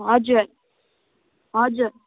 हजुर हजुर